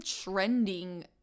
trending